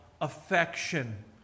affection